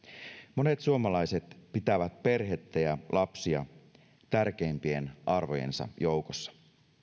monet suomalaiset pitävät perhettä ja lapsia tärkeimpien arvojensa joukossa